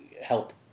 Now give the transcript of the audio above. help